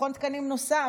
מכון תקנים נוסף,